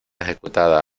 ejecutada